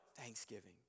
Thanksgiving